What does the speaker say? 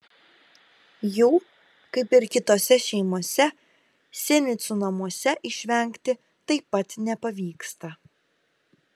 jų kaip ir kitose šeimose sinicų namuose išvengti taip pat nepavyksta